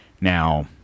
Now